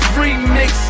remix